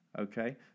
Okay